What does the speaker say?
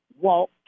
walk